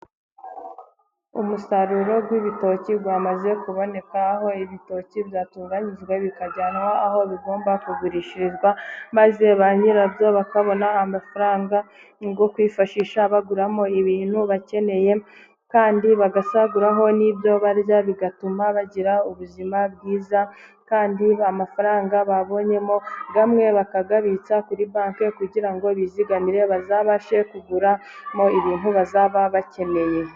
Umusaruro w'ibitoki wamaze kuboneka aho ibitoki byatunganyijwe bikajyanwa aho bigomba kugurishirizwa maze ba nyirabyo bakabona amafaranga ngo kwifashisha baguramo ibintu bakeneye kandi bagasaguraho n'ibyo barya bigatuma bagira ubuzima bwiza kandi amafaranga babonyemo amwe bakayabitsa kuri banki kugira ngo bizigamire bazabashe kugura mo ibintu bazaba bakeneye.